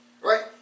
right